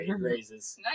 raises